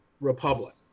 Republic